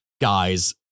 guys